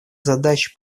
задач